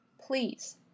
please